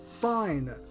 fine